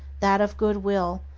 that of good-will,